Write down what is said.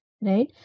right